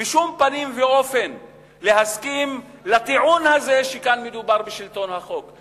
בשום פנים ואופן להסכים לטיעון הזה שכאן מדובר בשלטון החוק.